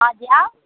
आ जाउ